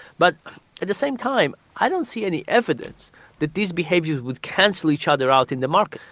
but at the same time i don't see any evidence that these behaviours would cancel each other out in the market.